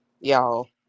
y'all